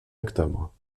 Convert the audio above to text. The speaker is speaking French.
octobre